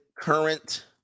current